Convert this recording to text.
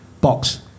Box